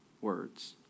words